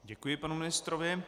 Děkuji panu ministrovi.